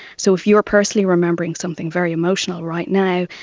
so if you are personally remembering something very emotional right now,